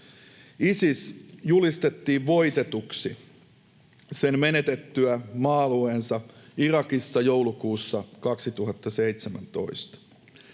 Isis julistettiin voitetuksi sen menetettyä maa-alueensa Irakissa joulukuussa 2017.